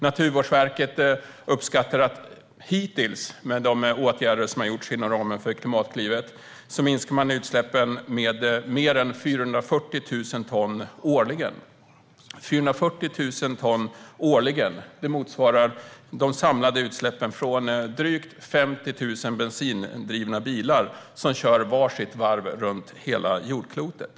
Naturvårdsverket uppskattar att med de åtgärder som hittills har vidtagits inom ramen för Klimatklivet har utsläppen minskat med mer än 440 000 ton årligen. Detta motsvarar de samlade utsläppen från drygt 50 000 bensindrivna bilar som kör var sitt varv runt hela jordklotet.